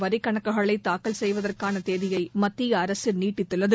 வரிக்கணக்குகளை தாக்கல் செய்வதற்கான தேதியை மத்திய அரசு நீட்டித்துள்ளது